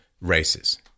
races